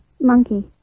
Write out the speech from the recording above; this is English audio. monkey